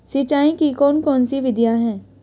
सिंचाई की कौन कौन सी विधियां हैं?